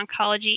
oncology